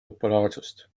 populaarsust